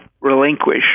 relinquish